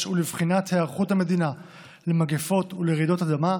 ולבחינת היערכות המדינה למגפות ולרעידות אדמה,